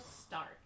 start